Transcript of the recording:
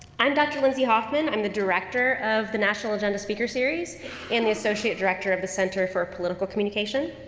um dr. lindsay hoffman i'm the director of the national agenda speaker series and the associate director of the center for political communication.